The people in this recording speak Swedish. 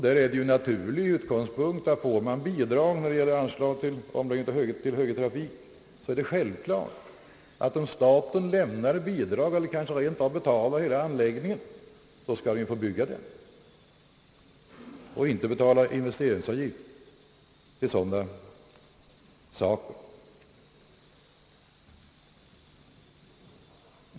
Det är självklart att om staten lämnar bidrag eller kanske rent av betalar hela anläggningen, skall man få bygga den utan att betala investeringsavgift.